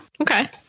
okay